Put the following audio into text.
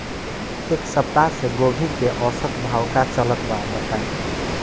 एक सप्ताह से गोभी के औसत भाव का चलत बा बताई?